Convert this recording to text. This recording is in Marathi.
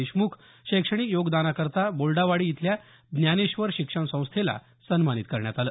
देशमुख शैक्षणिक योगदानकरता बोल्डावाडी इथल्या ज्ञानेश्वर शिक्षण संस्थेला सन्मानित करण्यात आलं